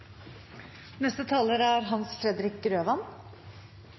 Neste talar er